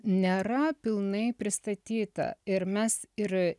nėra pilnai pristatyta ir mes ir